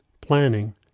planning